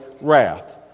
wrath